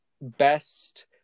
best